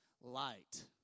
light